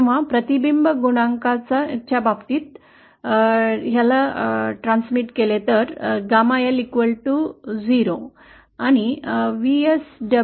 प्रतिबिंब गुणकाच्या बाबतीत भाषांतर म्हणजे gamma L 0